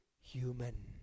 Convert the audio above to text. human